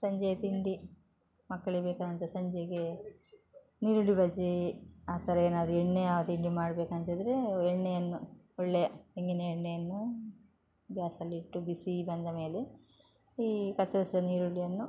ಸಂಜೆ ತಿಂಡಿ ಮಕ್ಳಿಗೆ ಬೇಕಾದಂಥ ಸಂಜೆಗೆ ನೀರುಳ್ಳಿ ಬಜೆ ಆ ಥರ ಏನಾದರೂ ಎಣ್ಣೆಯ ತಿಂಡಿ ಮಾಡ್ಬೇಕಂತಿದ್ದರೆ ಎಣ್ಣೆಯನ್ನು ಒಳ್ಳೆಯ ತೆಂಗಿನ ಎಣ್ಣೆಯನ್ನು ಗ್ಯಾಸಲ್ಲಿಟ್ಟು ಬಿಸಿ ಬಂದ ಮೇಲೆ ಈ ಕತ್ತರ್ಸಿದ ನೀರುಳ್ಳಿಯನ್ನು